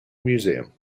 museum